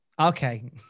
Okay